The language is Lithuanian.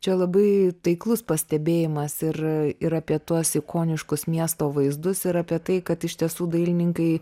čia labai taiklus pastebėjimas ir ir apie tuos ikoniškus miesto vaizdus ir apie tai kad iš tiesų dailininkai